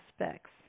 aspects